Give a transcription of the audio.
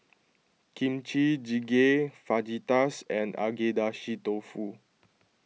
Kimchi Jjigae Fajitas and Agedashi Dofu